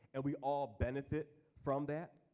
and we all benefit from that.